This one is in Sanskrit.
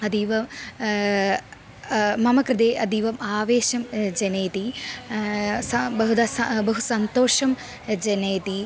अतीव मम कृते अतीव आवेशं जनयति सः बहुधा सः बहु सन्तोषं जनयति